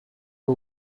two